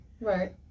Right